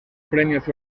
premios